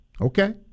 Okay